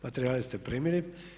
Materijale ste primili.